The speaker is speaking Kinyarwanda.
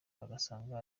bagasanga